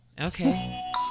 Okay